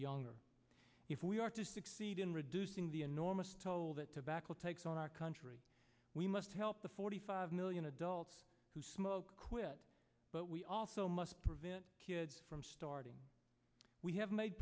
younger if we are to succeed in reducing the enormous toll that tobacco takes on our country we must help the forty five million adults who smoke quit but we also must prevent kids from starving we have made